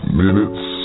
minutes